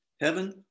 heaven